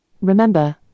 Remember